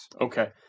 okay